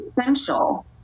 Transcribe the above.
essential